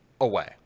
away